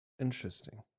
Interesting